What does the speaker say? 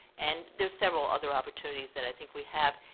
and there's several other opportunities that i think we have.